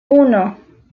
uno